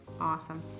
Awesome